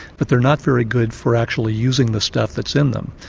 but they're not very good for actually using the stuff that's in them.